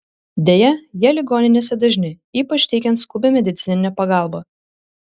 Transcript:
deja jie ligoninėse dažni ypač teikiant skubią medicininę pagalbą